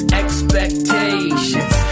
expectations